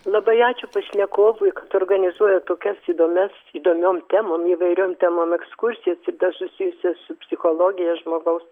labai ačiū pašnekovui kad organizuoja tokias įdomias įdomiom temom įvairiom temom ekskursijas ir dar susijusias su psichologija žmogaus